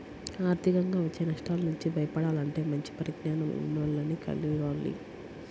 ఆర్థికంగా వచ్చే నష్టాల నుంచి బయటపడాలంటే మంచి పరిజ్ఞానం ఉన్నోల్లని కలవాలి